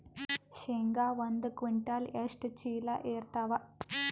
ಶೇಂಗಾ ಒಂದ ಕ್ವಿಂಟಾಲ್ ಎಷ್ಟ ಚೀಲ ಎರತ್ತಾವಾ?